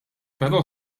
però